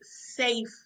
safe